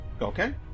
Okay